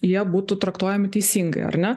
jie būtų traktuojami teisingai ar ne